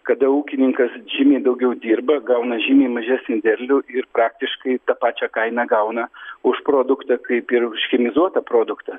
kada ūkininkas žymiai daugiau dirba gauna žymiai mažesnį derlių ir praktiškai tą pačią kainą gauna už produktą kaip ir už chemizuotą produktą